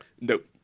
Nope